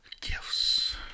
Gifts